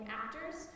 actors